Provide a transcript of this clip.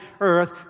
earth